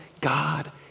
God